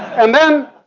and then